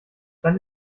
dann